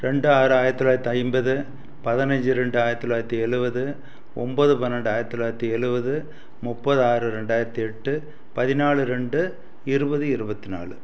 ரெண்டு ஆறு ஆயிரத்தொள்ளாயிரத்தி ஐம்பது பதினஞ்சு ரெண்டு ஆயிரத்தொள்ளாயிரத்தி எழுபது ஒம்பது பன்னெண்டு ஆயிரத்தொள்ளாயிரத்தி எழுபது முப்பது ஆறு ரெண்டாயிரத்தி எட்டு பதினாலு ரெண்டு இருபது இருபத்தி நாலு